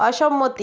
অসম্মতি